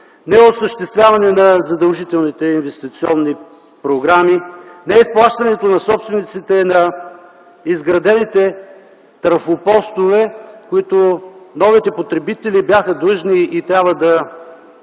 неосъществяване на задължителните инвестиционни програми, неизплащането на собствениците на изградените трафопостове, които новите потребители бяха длъжни да